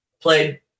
played